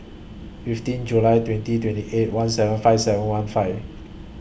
fifteen July twenty twenty eight one seven five seven one five